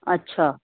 ਅੱਛਾ